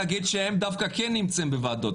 אני חייב להגיד שהם דווקא כן נמצאים בוועדות,